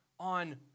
On